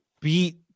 beat